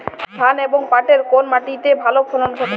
ধান এবং পাটের কোন মাটি তে ভালো ফলন ঘটে?